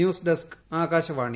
news desk Akashvani